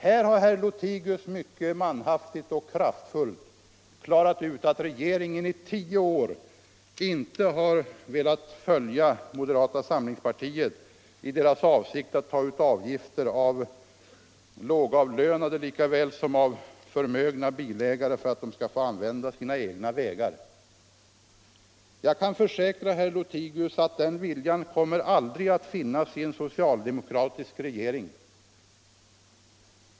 Här har herr Lothigius mycket manhaftigt och kraftfullt klarat ut att regeringen i tio år inte har velat följa moderata samlingspartiets råd att ta ut avgifter såväl av lågavlönade som av förmögna bilägare för att de skall få använda sina egna vägar. Jag kan försäkra herr Lothigius att den viljan aldrig kommer att finnas i en socialdemokratisk regering.